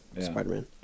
Spider-Man